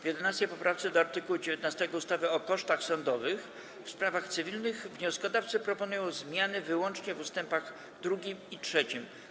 W 11. poprawce do art. 19 ustawy o kosztach sądowych w sprawach cywilnych wnioskodawcy proponują zmiany wyłącznie w ust. 2 i 3.